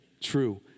true